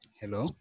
Hello